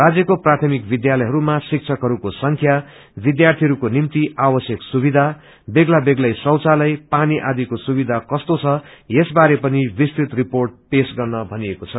राज्यको प्रायमिक विध्यालयहरूमा शिक्षकहरूको संख्या विध्यार्थीहरूको निम्ति आवश्यक सुविधा बेग्ला बेग्लै शौचालय पानी आदिको सुविधा कस्तो छ यस बारे पनि विस्तृत रिपोँट पेश गर्न भनिएको छ